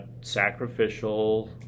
sacrificial